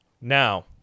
Now